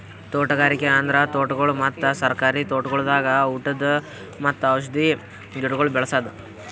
ತೋಟಗಾರಿಕೆ ಅಂದುರ್ ತೋಟಗೊಳ್ ಮತ್ತ ಸರ್ಕಾರಿ ತೋಟಗೊಳ್ದಾಗ್ ಉಟದ್ ಮತ್ತ ಔಷಧಿ ಗಿಡಗೊಳ್ ಬೇಳಸದ್